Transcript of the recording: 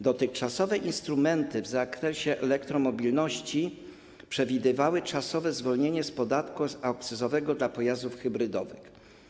Dotychczasowe instrumenty w zakresie elektromobilności przewidywały czasowe zwolnienie z podatku akcyzowego dla pojazdów hybrydowych.